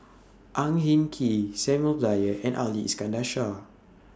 Ang Hin Kee Samuel Dyer and Ali Iskandar Shah